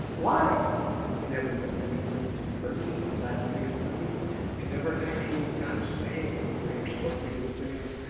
why they never went through the cleansing first last week study they never actually got saved the way you're supposed to get saved.